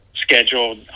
scheduled